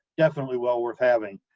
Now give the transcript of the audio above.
definitely well worth having,